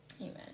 Amen